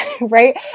Right